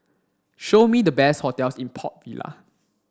show me the best hotels in Port Vila